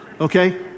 Okay